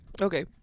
okay